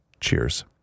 cheers